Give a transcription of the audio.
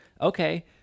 okay